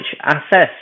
access